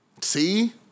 See